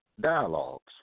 dialogues